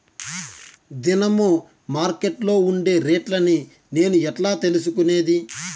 దినము మార్కెట్లో ఉండే రేట్లని నేను ఎట్లా తెలుసుకునేది?